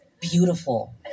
beautiful